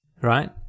right